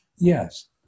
Yes